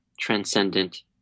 transcendent